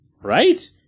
Right